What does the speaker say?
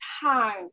time